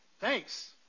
Thanks